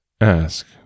Ask